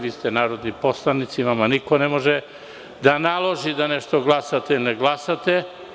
Vi ste narodni poslanici i vama niko ne može da naloži da nešto glasate ili ne glasate.